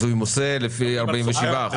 הוא ימוסה לפי 47 אחוזים.